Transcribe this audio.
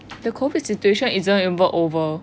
the COVID situation isn't even over